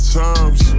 times